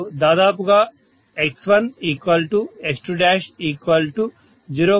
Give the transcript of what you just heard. మరియు దాదాపుగా X1X20